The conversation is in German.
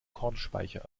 kornspeicher